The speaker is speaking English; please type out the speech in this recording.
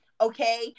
okay